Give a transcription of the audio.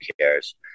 cares